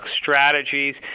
strategies